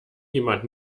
jemand